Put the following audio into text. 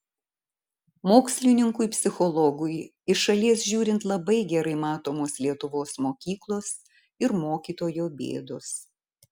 mokslininkui psichologui iš šalies žiūrint labai gerai matomos lietuvos mokyklos ir mokytojo bėdos